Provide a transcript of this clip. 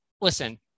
Listen